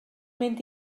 mynd